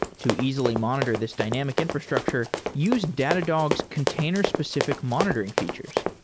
to easily monitor this dynamic infrastructure, use datadog's container-specific monitoring features.